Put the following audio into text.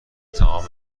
تمام